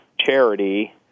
charity